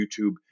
YouTube